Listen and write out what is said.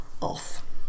off